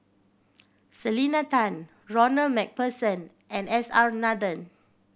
Selena Tan Ronald Macpherson and S R Nathan